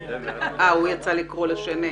אה, הוא יצא לקרוא לאילן,